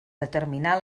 determinar